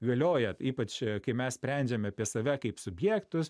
galioja ypač kai mes sprendžiam apie save kaip subjektus